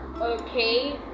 okay